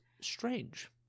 strange